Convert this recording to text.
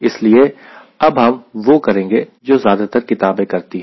इसलिए अब हम वह करेंगे जो ज्यादातर किताबें करती है